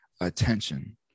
attention